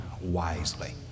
wisely